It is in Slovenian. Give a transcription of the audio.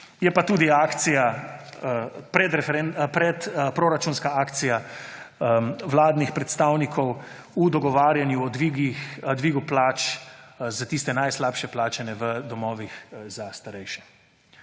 je pa tudi proračunska akcija vladnih predstavnikov v dogovarjanju o dvigu plač za tiste najslabše plačene v domovih za starejše.